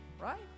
Right